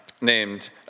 named